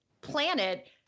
planet